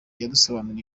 yadusobanuriye